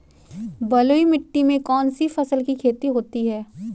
बलुई मिट्टी में कौनसी फसल की खेती होती है?